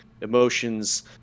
emotions